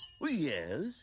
yes